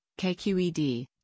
KQED